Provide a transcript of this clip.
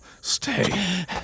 stay